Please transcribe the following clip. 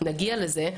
כשנגיע לזה.